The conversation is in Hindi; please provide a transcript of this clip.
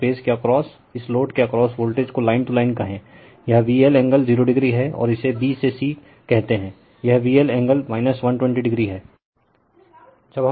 लेकिन उस फेज के अक्रॉस रिफर टाइम 2050 इस लोड के अक्रॉस वोल्टेज को लाइन टू लाइन कहे यह VL एंगल 0o है और इसे b से c कहते हैं यह VL एंगल 120o है